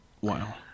Wow